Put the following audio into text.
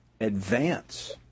advance